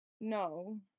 No